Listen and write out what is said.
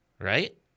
right